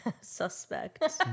Suspect